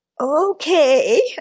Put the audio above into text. Okay